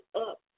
up